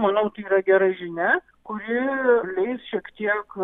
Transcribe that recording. manau tai yra gera žinia kuri leis šiek tiek